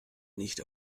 nicht